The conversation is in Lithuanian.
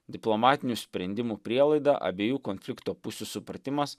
diplomatinių sprendimų prielaida abiejų konflikto pusių supratimas